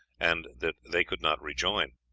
and that they could not rejoin.